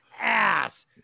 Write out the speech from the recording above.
ass